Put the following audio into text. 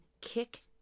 kick